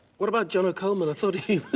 what about jono coleman? i thought he was.